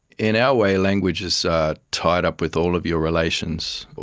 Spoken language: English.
in our way language is tied up with all of your relations,